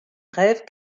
rêve